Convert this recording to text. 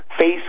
face